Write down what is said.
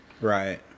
Right